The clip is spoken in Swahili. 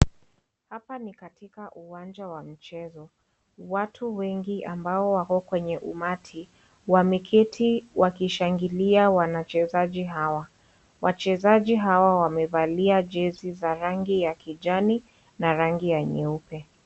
Hapa ni katika uwanja wa michezo watu wengi ambao wako kwenye umati wameketi wakishangilia wachezaji hawa wachezaji hawa wamevalia jezi za kijani na rangi ya nyeupe.